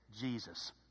Jesus